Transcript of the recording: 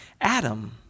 Adam